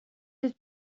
het